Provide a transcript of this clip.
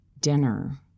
dinner